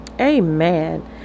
Amen